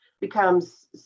becomes